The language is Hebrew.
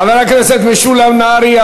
חבר הכנסת משולם נהרי,